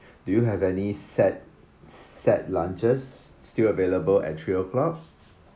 do you have any set set lunches still available at three o'clock